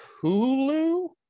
Hulu